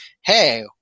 hey